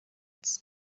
its